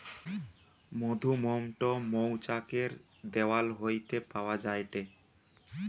মধুমোম টো মৌচাক এর দেওয়াল হইতে পাওয়া যায়টে